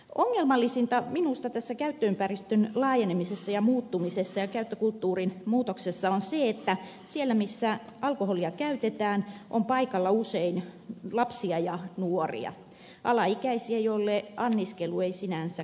ongelmallisinta minusta tässä käyttöympäristön laajenemisessa ja muuttumisessa ja käyttökulttuurin muutoksessa on se että siellä missä alkoholia käytetään on paikalla usein lapsia ja nuoria alaikäisiä joille anniskelu ei sinänsä kuulu